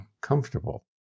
comfortable